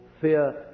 Fear